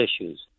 issues